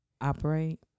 operate